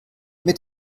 mit